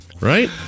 right